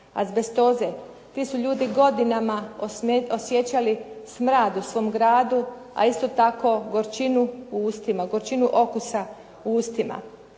azbestoze. Ti su ljudi godinama osjećali smrad u svom gradu, a isto tako gorčinu u ustima, gorčinu okusa u ustima..